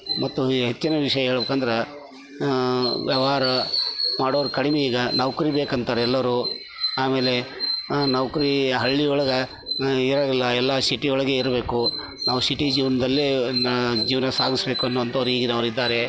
ಮತ್ತು ಹೆಚ್ಚಿನ ವಿಷಯ ಹೇಳ್ಬೇಕಂದ್ರೆ ವ್ಯವಹಾರ ಮಾಡೋರು ಕಡಿಮೆ ಈಗ ನೌಕರಿ ಬೇಕಂತಾರೆಲ್ಲರು ಆಮೇಲೆ ನೌಕರಿ ಹಳ್ಳಿಯೊಳಗೆ ಇರಾಂಗಿಲ್ಲ ಎಲ್ಲ ಸಿಟಿ ಒಳಗೆ ಇರಬೇಕು ನಾವು ಸಿಟಿ ಜೀವನದಲ್ಲೆ ಜೀವನ ಸಾಗಿಸಬೇಕು ಎನ್ನುವಂಥವ್ರು ಈಗಿನವರಿದ್ದಾರೆ